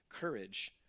courage